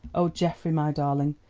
oh, geoffrey, my darling,